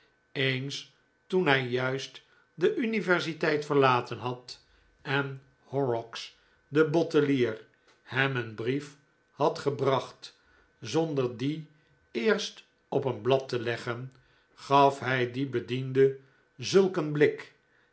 eens toen hij juist de universiteit verlaten had en horrocks de bottelier hem een brief had gebracht zonder dien eerst op een blad te leggen gaf hij dien bediende zulk een blik